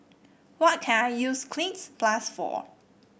what can I use Cleanz Plus for